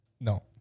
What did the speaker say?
no